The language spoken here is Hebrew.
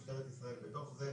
משטרת ישראל בתוך זה,